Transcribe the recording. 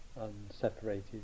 unseparated